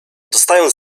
dostaję